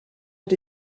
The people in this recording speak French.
ont